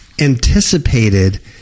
anticipated